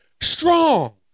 strong